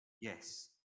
Yes